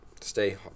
stay